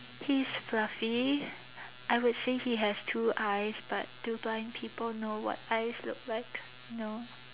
he is fluffy I would say he has two eyes but do blind people know what eyes look like no